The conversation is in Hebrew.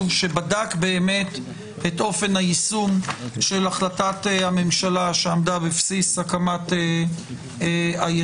שבדק את אופן היישום של החלטת הממשלה שעמדה בבסיס הקמת היחידה.